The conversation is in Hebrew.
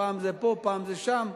פעם זה פה, פעם זה שם,